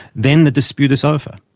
then the dispute is over,